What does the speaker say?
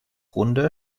runde